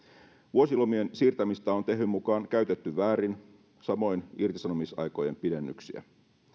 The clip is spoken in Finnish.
vuosilomien siirtämistä on tehyn mukaan käytetty väärin samoin irtisanomisaikojen pidennyksiä